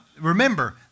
remember